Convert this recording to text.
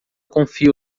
confio